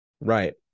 Right